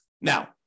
Now